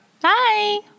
Bye